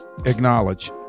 Acknowledge